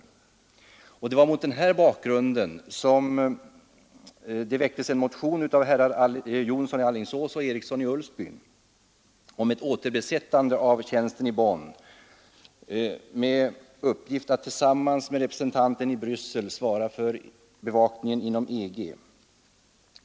Det var mot den bakgrunden som herr Jonsson i Alingsås och herr Eriksson i Ulfsbyn väckte en motion om ett återbesättande av tjänsten i Bonn med uppgift att tillsammans med representanten i Bryssel svara för bevakningen inom EG.